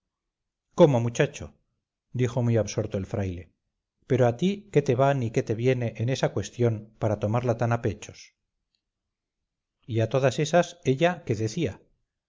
cómo muchacho dijo muy absorto el fraile pero a ti qué te va ni qué te viene en esa cuestión para tomarla tan a pechos y a todas esas ella qué decía